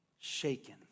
shaken